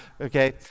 okay